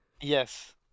Yes